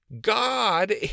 God